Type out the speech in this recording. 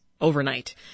Overnight